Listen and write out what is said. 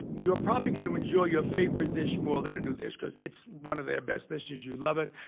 you're probably going to enjoy your favorite dish more than a new dish because it's one of their best dishes. you love it.